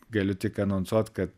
galiu tik anonsuot kad